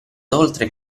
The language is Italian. oltre